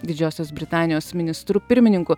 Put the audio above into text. didžiosios britanijos ministru pirmininku